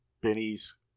Benny's